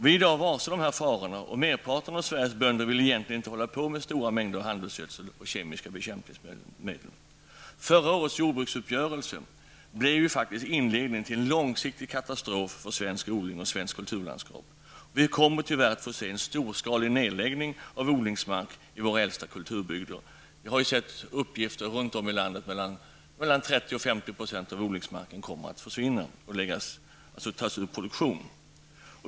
Vi är i dag varse dessa faror, och merparten av Sveriges bönder vill egentligen inte hålla på med stora mängder handelsgödsel och kemiska bekämpningsmedel. Förra årets jordbruksuppgörelse blev faktiskt inledningen till en långsiktig katastrof för svensk odling och för svenskt kulturlandskap. Vi kommer tyvärr att få se en storskalig nedläggning av odlingsmark i våra äldsta kulturbygder. Vi har sett uppgifter från olika håll i landet på att mellan 30 och 50 % av odlingsmarken kommer att försvinna och tas ur produktion.